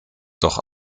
doch